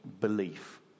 belief